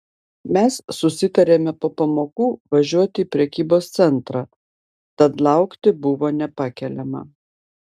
mes susitarėme po pamokų važiuoti į prekybos centrą tad laukti buvo nepakeliama